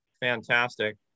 fantastic